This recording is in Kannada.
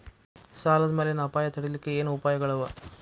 ಸಾಲದ್ ಮ್ಯಾಲಿನ್ ಅಪಾಯ ತಡಿಲಿಕ್ಕೆ ಏನ್ ಉಪಾಯ್ಗಳವ?